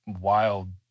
wild